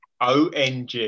ONG